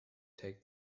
take